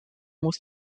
muss